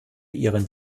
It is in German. ihren